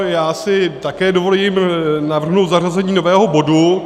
Já si také dovoluji navrhnout zařazení nového bodu.